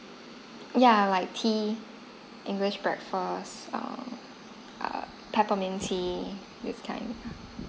yeah like tea english breakfast err err peppermint tea this kind of it lah